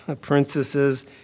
princesses